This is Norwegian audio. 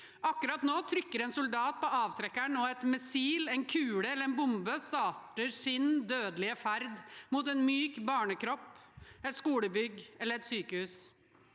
Akkurat nå trykker en soldat på avtrekkeren, og et missil, en kule eller en bombe starter sin dødelige ferd mot en myk barnekropp, et skolebygg eller et sykehus.